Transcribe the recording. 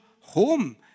home